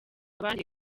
abandi